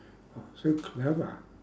oh so clever